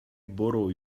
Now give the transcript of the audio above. borrow